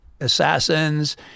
assassins